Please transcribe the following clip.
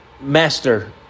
Master